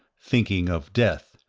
thinking of death,